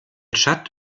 tschad